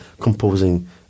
composing